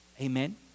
Amen